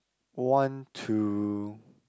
want to